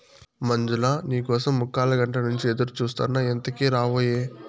మంజులా, నీ కోసం ముక్కాలగంట నుంచి ఎదురుచూస్తాండా ఎంతకీ రావాయే